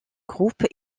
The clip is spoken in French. groupe